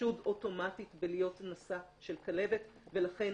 חשוד אוטומטית בלהיות נשא של כלבת ולכן,